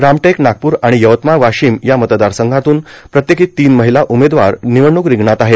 रामटेक नागपूर आणि यवतमाळ वाशिम या मतदारसंघातून प्रत्येकी तीन महिला उमेदवार निवडणूक रिंगणात आहेत